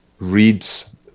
reads